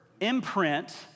imprint